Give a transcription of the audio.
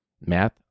math